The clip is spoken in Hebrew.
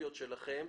הספציפיות שלכם.